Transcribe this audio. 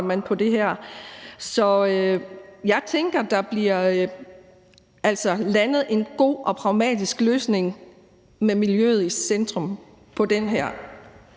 man på det her. Så jeg tænker, at der bliver landet en god og pragmatisk løsning med miljøet i centrum her.